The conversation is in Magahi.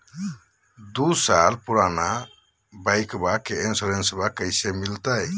दू साल पुराना बाइकबा के इंसोरेंसबा कैसे मिलते?